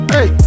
Hey